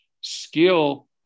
skill